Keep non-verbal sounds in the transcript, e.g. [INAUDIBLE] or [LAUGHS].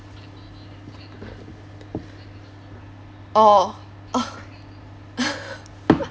orh [LAUGHS]